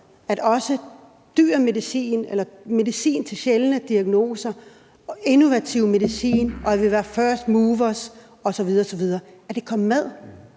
at dyr medicin, medicin til sjældne diagnoser og innovativ medicin, og det, at vi var first movers osv. osv., kom med.